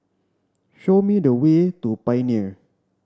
show me the way to Pioneer